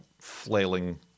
flailing